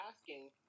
asking